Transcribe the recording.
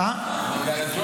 מה אפשר לעשות,